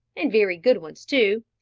and very good ones too,